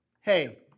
Hey